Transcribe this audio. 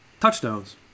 touchdowns